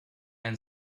and